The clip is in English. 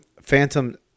Phantom